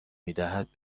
میدهد